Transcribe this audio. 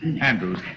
Andrews